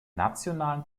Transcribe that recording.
nationalen